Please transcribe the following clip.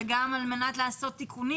וגם על מנת לעשות תיקונים,